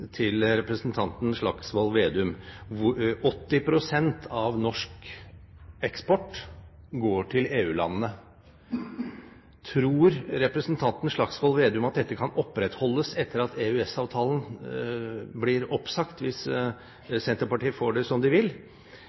til representanten Slagsvold Vedum: Tror representanten Slagsvold Vedum at dette kan opprettholdes etter at EØS-avtalen blir oppsagt – hvis Senterpartiet får det som de vil?